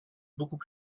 beaucoup